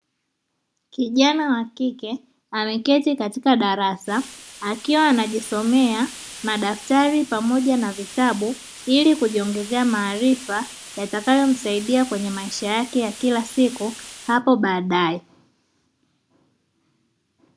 Kijana wa kike ameketi katika darasa akiwa anajisomea madaftari pamoja na vitabu ili kujiongezea maarifa yatakayomsaidia kwenye maisha yake ya kila siku hapo baadaye.